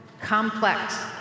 complex